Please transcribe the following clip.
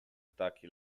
ptaki